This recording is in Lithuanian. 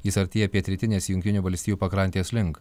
jis artėja pietrytinės jungtinių valstijų pakrantės link